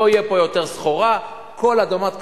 לא תהיה פה יותר סחורה, כל אדמת קרקע,